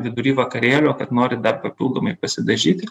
vidury vakarėlio kad norit dar papildomai pasidažyti